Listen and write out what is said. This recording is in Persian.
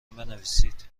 بنویسید